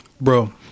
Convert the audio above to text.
bro